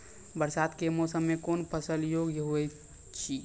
बरसात के मौसम मे कौन फसल योग्य हुई थी?